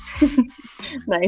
Nice